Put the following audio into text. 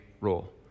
role